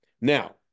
Now